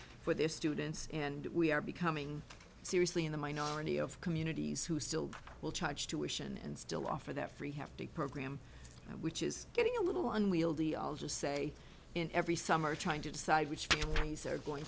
for their students and we are becoming seriously in the minority of communities who still will charge tuition and still offer that free have to program which is getting a little unwieldy i'll just say in every summer trying to decide which ones are going